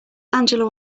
angela